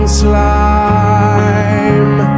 slime